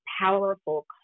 powerful